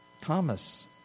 Thomas